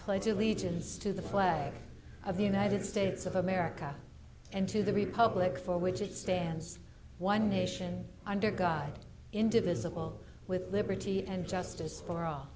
pledge allegiance to the flag of the united states of america and to the republic for which it stands one nation under god indivisible with liberty and justice for all